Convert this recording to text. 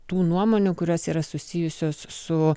tų nuomonių kurios yra susijusios su